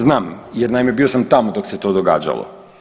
Znam jer naime, bio sam tamo dok se to događalo.